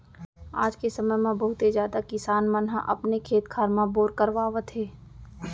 आज के समे म बहुते जादा किसान मन ह अपने खेत खार म बोर करवावत हे